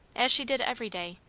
as she did every day,